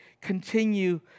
continue